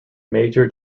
major